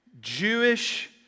Jewish